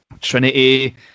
Trinity